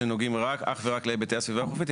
שנוגעים אך ורק להיבטי הסביבה החופית,